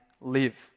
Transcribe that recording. live